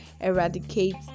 eradicate